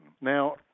Now